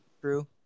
True